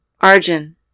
Arjun